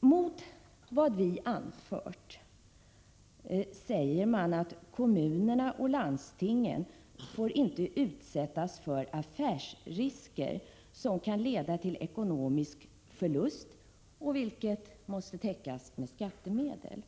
Mot detta anförs att kommunerna och landstingen inte får utsättas för affärsrisker som kan leda till ekonomisk förlust, vilken måste täckas med skattemedel.